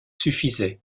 suffisait